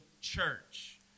church